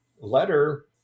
letter